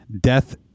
death